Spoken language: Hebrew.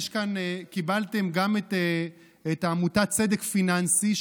קיבלתם גם מעמותת צדק פיננסי,